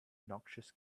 noxious